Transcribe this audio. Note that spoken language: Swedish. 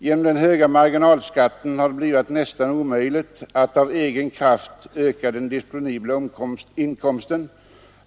Genom den höga marginalskatten har det blivit nästan omöjligt att av egen kraft öka den disponibla inkomsten.